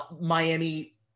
Miami